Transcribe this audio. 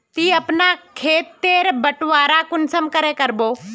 ती अपना खेत तेर बटवारा कुंसम करे करबो?